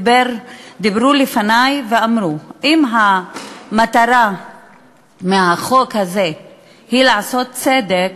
דיברו לפני ואמרו: אם המטרה של החוק הזה היא לעשות צדק,